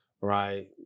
right